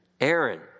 Aaron